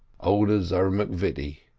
owners are m'vitie.